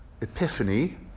Epiphany